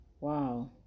Wow